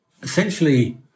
Essentially